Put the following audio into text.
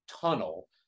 tunnel